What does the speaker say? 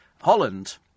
Holland